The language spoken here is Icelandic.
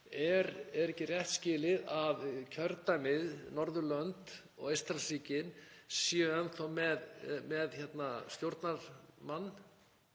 Er ekki rétt skilið að kjördæmið Norðurlönd og Eystrasaltsríkin séu enn þá með stjórnarmann